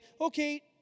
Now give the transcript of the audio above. okay